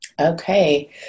Okay